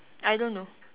I don't know